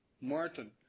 Martin